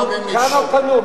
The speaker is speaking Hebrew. כמה, כמה פנו?